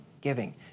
giving